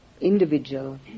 individual